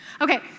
Okay